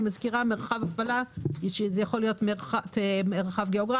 אני מזכירה שמרחב הפעלה יכול להיות מרחב גיאוגרפי,